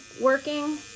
working